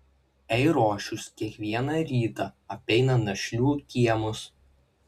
eirošius kiekvieną rytą apeina našlių kiemus